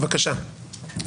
בבקשה.